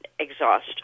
exhaust